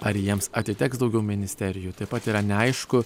ar jiems atiteks daugiau ministerijų taip pat yra neaišku